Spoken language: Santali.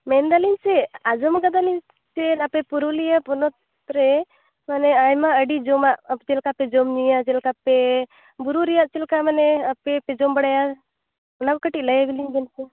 ᱢᱮᱱᱮᱫᱟᱹᱞᱤᱧ ᱪᱮᱫ ᱟᱸᱡᱚᱢ ᱟᱠᱟᱫᱟᱹᱞᱤᱧ ᱪᱮᱫ ᱯᱩᱨᱩᱞᱤᱭᱟᱹ ᱯᱚᱱᱚᱛ ᱨᱮ ᱢᱟᱱᱮ ᱟᱭᱢᱟ ᱟᱹᱰᱤ ᱡᱚᱢᱟᱜ ᱪᱮᱫ ᱞᱮᱠᱟ ᱯᱮ ᱡᱚᱢ ᱧᱩᱭᱟ ᱪᱮᱫ ᱞᱮᱠᱟ ᱯᱮ ᱵᱩᱨᱩ ᱨᱮᱭᱟᱜ ᱪᱮᱫ ᱞᱮᱠᱟ ᱢᱟᱱᱮ ᱟᱯᱮ ᱯᱮ ᱡᱚᱢ ᱵᱟᱲᱟᱭᱟ ᱚᱱᱟ ᱠᱚ ᱠᱟᱹᱴᱤᱡ ᱞᱟᱹᱭᱟᱞᱤᱧ ᱵᱮᱱ ᱥᱮ